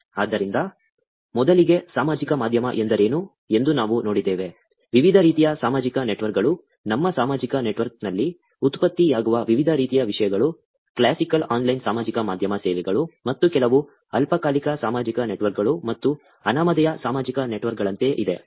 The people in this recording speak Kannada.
ಆದ್ದರಿಂದ ಮೊದಲಿಗೆ ಸಾಮಾಜಿಕ ಮಾಧ್ಯಮ ಎಂದರೇನು ಎಂದು ನಾವು ನೋಡಿದ್ದೇವೆ ವಿವಿಧ ರೀತಿಯ ಸಾಮಾಜಿಕ ನೆಟ್ವರ್ಕ್ಗಳು ನಮ್ಮ ಸಾಮಾಜಿಕ ನೆಟ್ವರ್ಕ್ನಲ್ಲಿ ಉತ್ಪತ್ತಿಯಾಗುವ ವಿವಿಧ ರೀತಿಯ ವಿಷಯಗಳು ಕ್ಲಾಸಿಕಲ್ ಆನ್ಲೈನ್ ಸಾಮಾಜಿಕ ಮಾಧ್ಯಮ ಸೇವೆಗಳು ಮತ್ತು ಕೆಲವು ಅಲ್ಪಕಾಲಿಕ ಸಾಮಾಜಿಕ ನೆಟ್ವರ್ಕ್ಗಳು ಮತ್ತು ಅನಾಮಧೇಯ ಸಾಮಾಜಿಕ ನೆಟ್ವರ್ಕ್ಗಳಂತೆ ಇದೆ